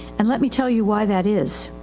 and let me tell you why that is.